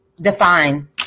define